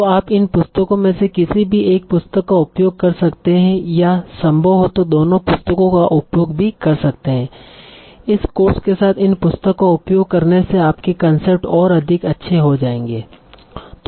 तो आप इन पुस्तकों में से किसी भी एक पुस्तक का उपयोग कर सकते है या संभव हो तों दोनों पुस्तकों का भी उपयोग कर सकते है इस कोर्स के साथ इन पुस्तक का उपयोग करने से आपके कंसेप्ट ओर अधिक अच्छे हो जायेंगे